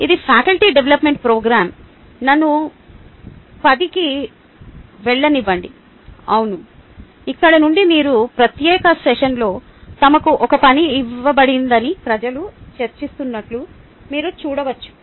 ఇది faculty development programme నన్ను 10 కి వెళ్ళనివ్వండి అవును ఇక్కడ నుండి మీరు ఈ ప్రత్యేక సెషన్లో తమకు ఒక పని ఇవ్వబడిందని ప్రజలు చర్చిస్తున్నట్లు మీరు చూడవచ్చు